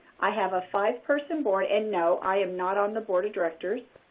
i have a five-person board, and no, i am not on the board of directors.